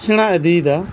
ᱥᱮᱸᱬᱟ ᱤᱫᱤᱭᱮᱫᱟ